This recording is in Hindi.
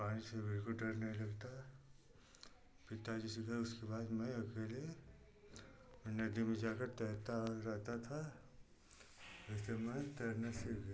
पानी से बिल्कुल डर नहीं लगता पिता जी सिखाए उसके बाद मैं अकेले नदी में जा कर तैरता रंग जाता था ऐसे मैं तैरना सीखा